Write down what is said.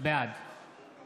בעד דסטה גדי יברקן, אינו נוכח